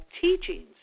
teachings